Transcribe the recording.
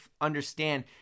understand